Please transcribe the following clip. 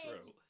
true